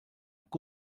que